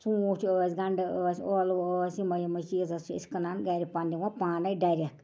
ژوٗنٹھ ٲسۍ گنٛڈٕ ٲسۍ ٲلوٕ ٲسۍ یِمَے یِمَے چیٖز حظ چھِ أسۍ کٕنان گَرِ پنٛنہِ وۄنۍ پانَے ڈٮ۪رٮ۪ک